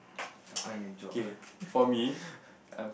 to find a job